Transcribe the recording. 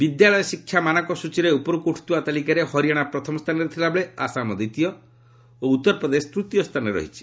ବିଦ୍ୟାଳୟ ଶିକ୍ଷା ମାନକ ସୂଚୀରେ ଉପରକୁ ଉଠୁଥିବା ତାଲିକାରେ ହରିୟାଣା ପ୍ରଥମ ସ୍ଥାନରେ ଥିଲାବେଳେ ଆସାମ ଦ୍ୱିତୀୟ ଓ ଉତ୍ତର ପ୍ରଦେଶ ତୂତୀୟ ସ୍ଥାନରେ ରହିଛି